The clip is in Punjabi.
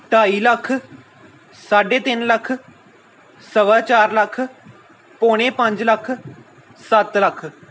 ਢਾਈ ਲੱਖ ਸਾਢੇ ਤਿੰਨ ਲੱਖ ਸਵਾ ਚਾਰ ਲੱਖ ਪੌਣੇ ਪੰਜ ਲੱਖ ਸੱਤ ਲੱਖ